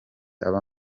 aba